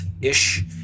ish